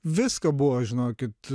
visko buvo žinokit